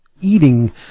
eating